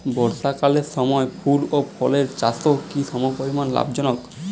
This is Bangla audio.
বর্ষাকালের সময় ফুল ও ফলের চাষও কি সমপরিমাণ লাভজনক?